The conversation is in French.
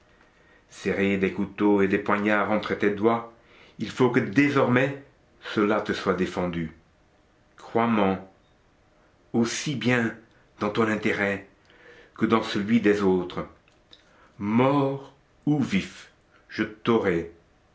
serrer des couteaux et des poignards entre tes doigts il faut que désormais cela te soit défendu crois men aussi bien dans ton intérêt que dans celui des autres mort ou vif je t'aurai